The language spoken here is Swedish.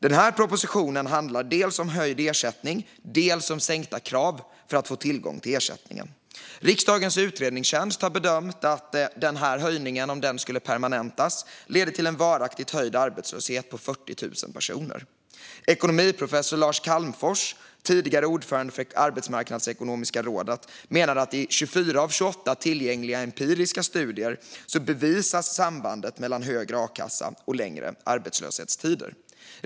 Den här propositionen handlar dels om höjd ersättning och dels om sänkta krav för att få tillgång till ersättningen. Riksdagens utredningstjänst har bedömt att denna höjning om den permanentas leder till att antalet arbetslösa varaktigt höjs med 40 000 personer. Ekonomiprofessor Lars Calmfors, tidigare ordförande för Arbetsmarknadsekonomiska rådet, menar att i 24 av 28 tillgängliga empiriska studier bevisas sambandet mellan högre a-kassa och längre arbetslöshetstider.